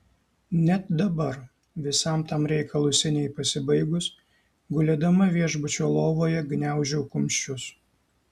net dabar visam tam reikalui seniai pasibaigus gulėdama viešbučio lovoje gniaužau kumščius